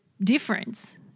difference